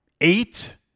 eight